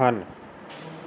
ਹਨ